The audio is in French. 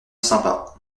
sympa